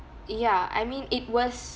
ya I mean it was